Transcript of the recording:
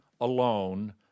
alone